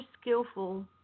Skillful